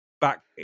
back